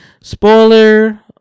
spoiler